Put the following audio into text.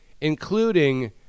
Including